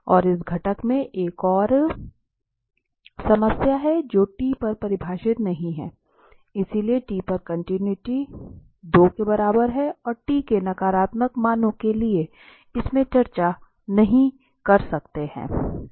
और इस घटक में एक और समस्या है जो t पर परिभाषित नहीं है इसलिए t पर कॉन्टिनुइटी 2 के बराबर है और t के नकारात्मक मानों के लिए भी इसमें चर्चा नहीं कर सकते हैं